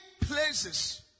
places